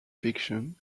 fiction